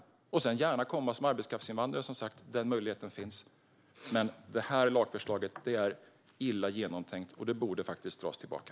De kan sedan gärna komma som arbetskraftsinvandrare - den möjligheten finns. Men detta lagförslag är illa genomtänkt, och det borde faktiskt dras tillbaka.